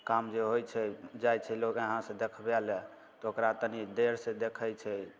काम जे होइ छै जाइ छै लोग यहाँ सऽ देखबे लऽ तऽ ओकरा तनी देर से देखै छै